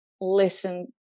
listen